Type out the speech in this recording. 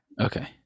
Okay